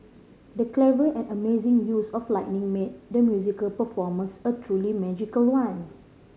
the clever and amazing use of lighting made the musical performance a truly magical one